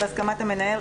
בהסכמת המנהל,